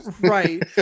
Right